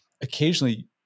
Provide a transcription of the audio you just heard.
occasionally